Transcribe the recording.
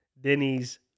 Denny's